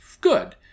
good